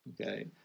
Okay